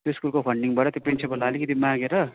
स्कुलको फन्डिङबाट त्यो प्रिन्सिपललाई अलिकति मागेर